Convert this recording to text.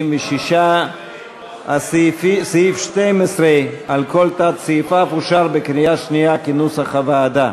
56. סעיף 12 על כל תת-סעיפיו אושר בקריאה שנייה כנוסח הוועדה.